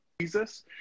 Jesus